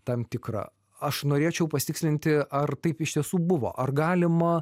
tam tikrą aš norėčiau pasitikslinti ar taip iš tiesų buvo ar galima